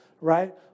right